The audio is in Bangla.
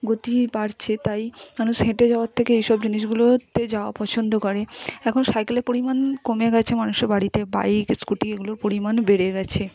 গতি বাড়ছে তাই মানুষ হেঁটে যাওয়ার থেকে এসব জিনিসগুলোতে যাওয়া পছন্দ করে এখন সাইকেলের পরিমাণ কমে গেছে মানুষের বাড়িতে বাইক স্কুটি এগুলোর পরিমাণ বেড়ে গেছে